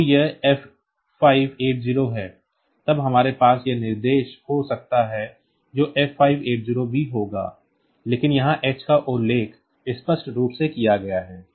तो यह F580 है तब हमारे पास यह निर्देश हो सकता है जो F580 भी होगा लेकिन यहाँ h का उल्लेख स्पष्ट रूप से किया गया है